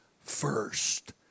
first